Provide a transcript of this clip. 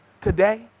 Today